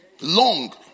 Long